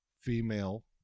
female